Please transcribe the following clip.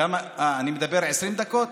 אני מדבר עשרים דקות?